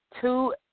two